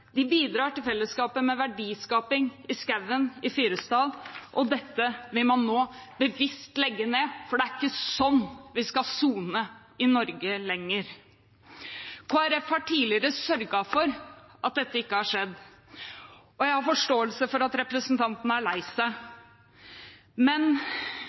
De bidrar til fellesskapet med verdiskaping i skogen i Fyresdal, og dette vil man nå bevisst legge ned, for det er ikke sånn vi skal sone i Norge lenger. Kristelig Folkeparti har tidligere sørget for at dette ikke har skjedd, og jeg har forståelse for at representantene er lei seg. Men